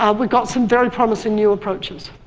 um we've got some very promising new approaches,